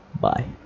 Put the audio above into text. bye